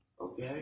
okay